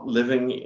living